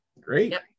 great